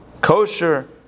kosher